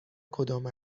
کدام